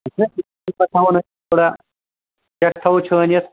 پَتہٕ تھاوان اَسہِ تھوڑا سٮ۪کھ تھاوَو چھٲنِتھ